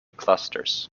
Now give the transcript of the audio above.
clusters